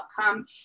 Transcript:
outcome